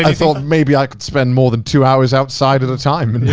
thought maybe i could spend more than two hours outside at a time, and then,